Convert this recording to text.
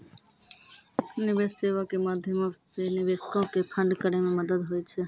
निवेश सेबा के माध्यमो से निवेशको के फंड करै मे मदत होय छै